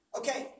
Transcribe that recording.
okay